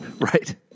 Right